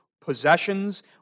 possessions